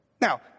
Now